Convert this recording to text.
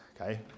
okay